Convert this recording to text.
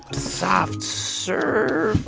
soft serve.